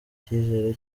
icyizere